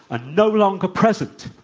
ah no longer present